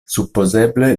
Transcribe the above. supozeble